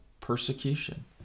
persecution